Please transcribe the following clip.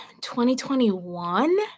2021